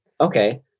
Okay